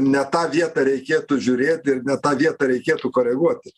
ne tą vietą reikėtų žiūrėti ir ne tą vietą reikėtų koreguoti